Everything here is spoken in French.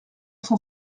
cent